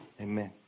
Amen